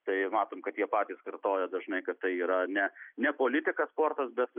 tai matom kad jie patys kartoja dažnai kad tai yra ne ne politika sportas bet